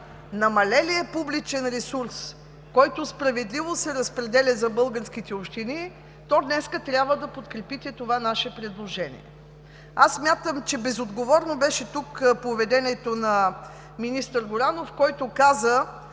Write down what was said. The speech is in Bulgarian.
намалелия публичен ресурс, който справедливо се разпределя за българските общини, то днес трябва да подкрепите това наше предложение. Смятам, че тук поведението на министър Горанов беше